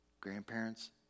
Grandparents